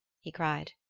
he cried.